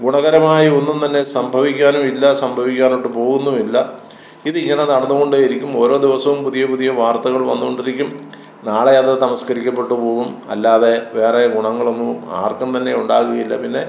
ഗുണകരമായി ഒന്നും തന്നെ സംഭവിക്കാനും ഇല്ല സംഭവിക്കാനൊട്ടു പോകുന്നുമില്ല ഇത് ഇങ്ങനെ നടന്ന് കൊണ്ടേ ഇരിക്കും ഓരോ ദിവസവും പുതിയ പുതിയ വാർത്തകൾ വന്ന് കൊണ്ടിരിക്കും നാളെ അത് തമസ്കരിക്കപ്പെട്ട് പോകും അല്ലാതെ വേറെ ഗുണങ്ങളൊന്നും ആർക്കും തന്നെ ഉണ്ടാകുകയില്ല പിന്നെ